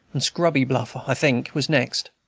and scrubby bluff, i think, was next.